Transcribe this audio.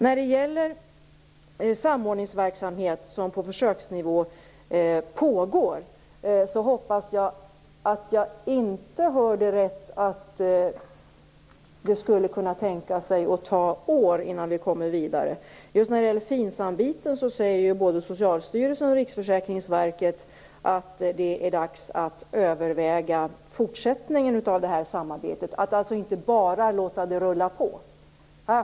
När det gäller den samordningsverksamhet som pågår på försöksnivå, hoppas jag att jag inte hörde rätt. Jag tyckte jag hörde att det skulle kunna ta år innan vi kommer vidare. När det gäller FINSAM säger ju både Socialstyrelsen och Riksförsäkringsverket att det är dags att överväga fortsättningen av samarbetet, och att alltså inte bara låta det rulla på.